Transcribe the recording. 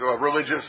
religious